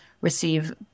receive